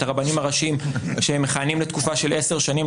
הרבנים הראשיים שהם מכהנים לתקופה של עשר שנים,